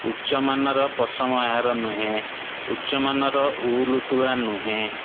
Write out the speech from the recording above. ଉଚ୍ଚମାନର ପଶମ ଏହାର ନୁହେଁ ଉଚ୍ଚମାନର ଉଲୁ ତୁଳା ନୁହେଁ